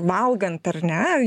valgant ar ne